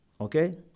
Okay